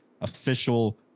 official